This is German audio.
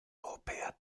europäer